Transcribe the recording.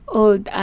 old